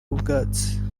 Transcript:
utwatsi